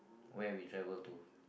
where we travel to